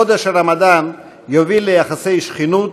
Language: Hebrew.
יוביל חודש הרמדאן ליחסי שכנות